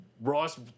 Ross